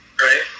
right